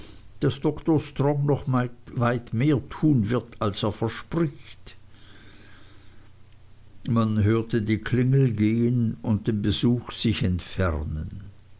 daß dr strong noch weit mehr tun wird als er verspricht man hörte die klingel gehen und den besuch sich entfernen